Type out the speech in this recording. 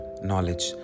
knowledge